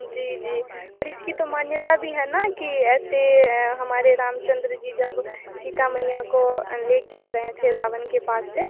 जी जी और इसकी तो मान्यता भी है ना कि ऐसे हमारे रामचन्द्र जी जब सीता मैयाँ को लेके आ रहें थे रावण के पास से